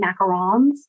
macarons